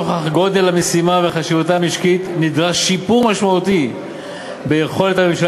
נוכח גודל המשימה וחשיבותה המשקית נדרש שיפור משמעותי ביכולת הממשלה